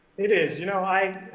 it is. you know i